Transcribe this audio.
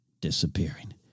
disappearing